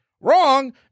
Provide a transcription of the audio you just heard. Wrong